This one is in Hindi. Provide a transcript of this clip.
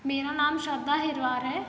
मेरा नाम श्रद्धा हेरवार है